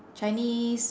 chinese